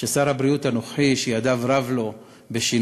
ששר הבריאות הנוכחי, שידיו רב לו בשינויים,